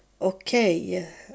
okay